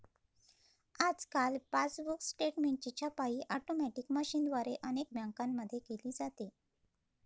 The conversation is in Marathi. आजकाल पासबुक स्टेटमेंटची छपाई ऑटोमॅटिक मशीनद्वारे अनेक बँकांमध्ये केली जाते